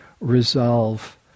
resolve